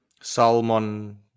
Salmon